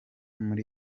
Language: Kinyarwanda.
muri